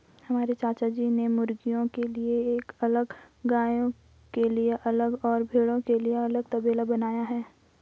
हमारे चाचाजी ने मुर्गियों के लिए अलग गायों के लिए अलग और भेड़ों के लिए अलग तबेला बनाया है